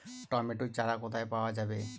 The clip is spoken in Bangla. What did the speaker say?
টমেটো চারা কোথায় পাওয়া যাবে?